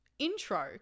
intro